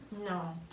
no